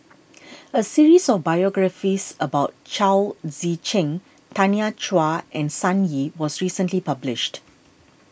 a series of biographies about Chao Tzee Cheng Tanya Chua and Sun Yee was recently published